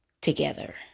together